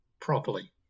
properly